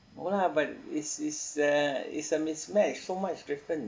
no lah but it's it's the it's a mismatch so much different